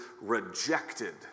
rejected